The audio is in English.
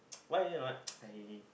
why not I